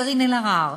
קארין אלהרר,